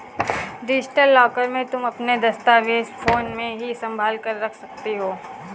digital locker में तुम अपने दस्तावेज फोन में ही संभाल कर रख सकती हो